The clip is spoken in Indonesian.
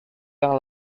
yang